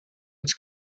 its